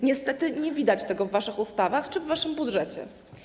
Niestety nie widać tego w waszych ustawach czy w waszym budżecie.